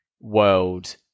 world